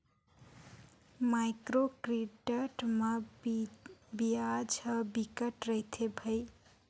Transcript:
micro credit म बियाज ह बिकट रहिथे भई